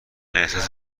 احساس